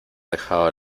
dejado